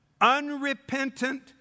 unrepentant